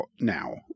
now